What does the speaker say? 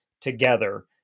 together